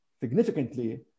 significantly